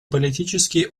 политические